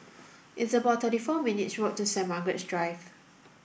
it's about thirty four minutes' walk to Saint Margaret's Drive